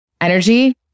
energy